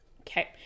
Okay